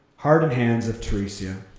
hardened hands of theresia.